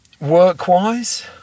Work-wise